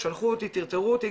טרטרו אותי,